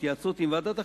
בהתייעצות עם ועדת החינוך,